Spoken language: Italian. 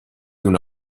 una